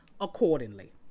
accordingly